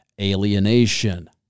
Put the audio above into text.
alienation